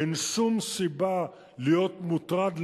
אין שום סיבה להיות מוטרד,